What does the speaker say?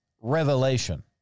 Revelation